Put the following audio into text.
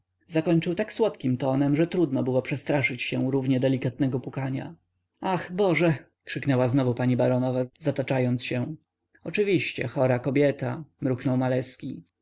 zakończył tak słodkim tonem że trudno było przestraszyć się równie delikatnego pukania ach boże krzyknęła znowu pani baronowa zataczając się oczywiście chora kobieta mruknął maleski